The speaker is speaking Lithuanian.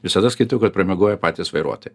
visada skaitau kad pramiegojo patys vairuotojai